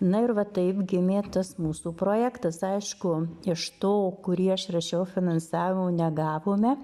na ir va taip gimė tas mūsų projektas aišku iš to kurį aš rašiau finansavimo negavome